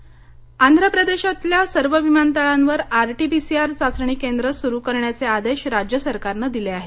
देश कोरोना आंध्र प्रदेशातल्या सर्व विमानतळांवर आरटी पीसीआर चाचणी केंद्र सुरू कररण्याचे आदेश राज्य सरकारनं दिले आहेत